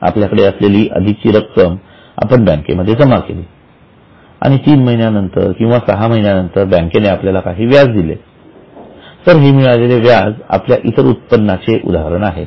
आपल्याकडे असलेली अधिकची रक्कम आपण बँकेमध्ये जमा केली आणि तीन महिन्यानंतर किंवा सहा महिन्यानंतर बँकेने आपल्याला काही व्याज दिले तर हे मिळालेले व्याज आपल्या इतर उत्पन्नाचे उदाहरण आहे